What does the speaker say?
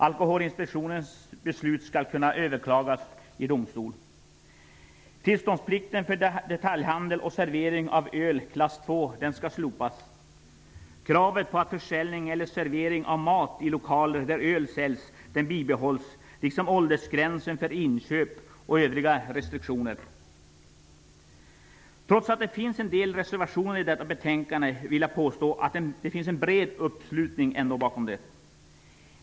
Alkoholinspektionens beslut skall kunna överklagas till domstol. Trots att det finns en del reservationer i detta betänkande vill jag ändå påstå att det finns en bred uppslutning bakom det.